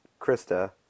Krista